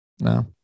No